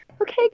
Okay